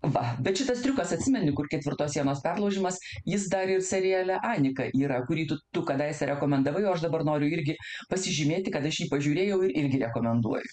va bet šitas triukas atsimeni kur ketvirtos sienos perlaužimas jis dar ir seriale anika yra kurį tu kadaise rekomendavai o aš dabar noriu jį irgi pasižymėti kad aš jį pažiūrėjau ir irgi rekomenduoju